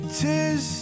tis